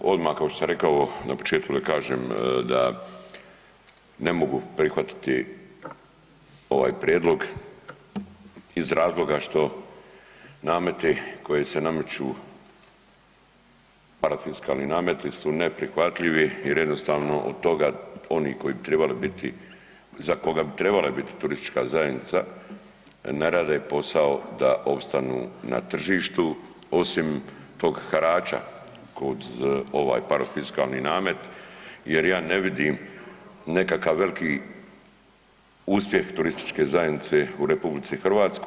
Odmah kao što sam rekao na početku da kažem da ne mogu prihvatiti ovaj prijedlog iz razloga što nameti koji se nameću parafiskalni nameti su neprihvatljivi jer jednostavno …… od toga oni koji bi trebali biti za koga bi trebala biti turistička zajednica ne rade posao da opstanu na tržištu osim tog harača kod parafiskalni namet jer ja ne vidim nekakav veliki uspjeh turističke zajednice u RH.